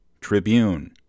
Tribune